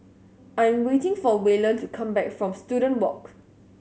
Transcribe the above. I'm waiting for Waylon to come back from Student Walk